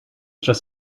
just